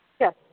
Yes